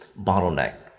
bottleneck